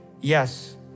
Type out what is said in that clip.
yes